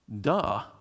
duh